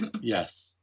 Yes